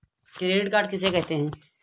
Credit card किसे कहते हैं?